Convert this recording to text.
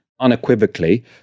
unequivocally